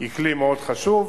היא כלי מאוד חשוב,